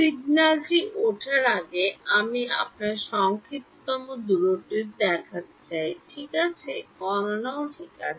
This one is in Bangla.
সিগন্যালটি ওঠার আগে আমি আমার সংক্ষিপ্ততম দূরত্বটি দেখতে চাই ঠিক আছে গণনা ঠিক আছে